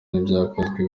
ntibyakozwe